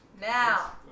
Now